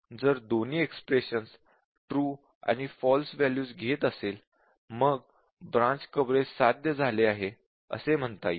जर दोन्ही expression true आणि फॉल्स वॅल्यूज घेत असेल मग ब्रांच कव्हरेज साध्य झाले आहे असे म्हणता येईल